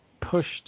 pushed